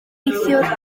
neithiwr